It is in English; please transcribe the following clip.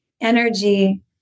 energy